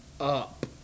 up